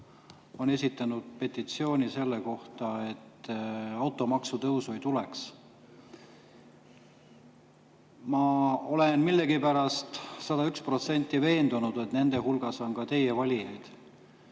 on esitanud petitsiooni selle kohta, et automaksu ei tuleks. Ma olen millegipärast 101% veendunud, et nende hulgas on ka teie valijaid.